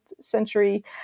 century